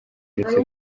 uretse